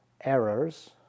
errors